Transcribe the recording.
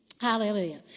Hallelujah